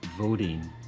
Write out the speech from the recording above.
Voting